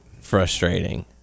frustrating